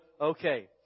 okay